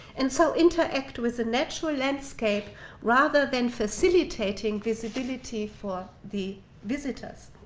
and so interact with the natural landscape rather than facilitating visibility for the visitors.